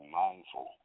mindful